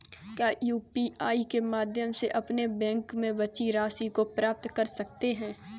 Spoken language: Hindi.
क्या यू.पी.आई के माध्यम से अपने बैंक में बची राशि को पता कर सकते हैं?